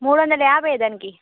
మూడొందల యాభయ్యా దానికి